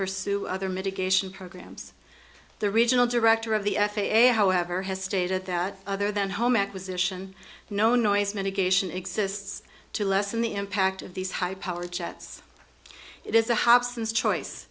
pursue other mitigation programs the regional director of the f a a however has stated that other than home acquisition no noise mitigation exists to lessen the impact of these high powered jets it is a hobson's choice